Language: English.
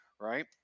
Right